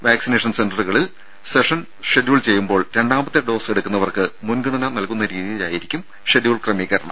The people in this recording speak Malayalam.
വാക്സീനേഷൻ സെന്ററുകളിൽ സെഷൻ ഷെഡ്യൂൾ ചെയ്യുമ്പോൾ രണ്ടാമത്തെ ഡോസ് എടുക്കുന്നവർക്ക് മുൻഗണന നൽകുന്ന രീതിയിലായിരിക്കും ഷെഡ്യൂൾ ക്രമീകരണം